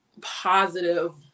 positive